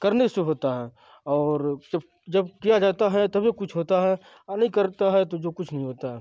کرنے سے ہوتا ہے اور جب جب کیا جاتا ہے تبھی کچھ ہوتا ہے اور نہیں کرتا ہے تو جو کچھ نہیں ہوتا ہے